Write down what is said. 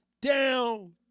down